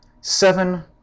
seven